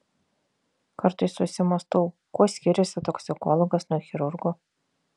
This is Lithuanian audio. kartais susimąstau kuo skiriasi toksikologas nuo chirurgo